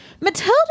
Matilda